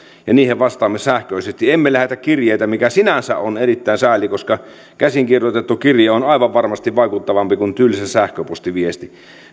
ja niihin vastaamme sähköisesti emme lähetä kirjeitä mikä sinänsä on erittäin sääli koska käsin kirjoitettu kirje on aivan varmasti vaikuttavampi kuin tylsä sähköpostiviesti